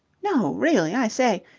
no, really, i say,